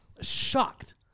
shocked